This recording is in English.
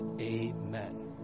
amen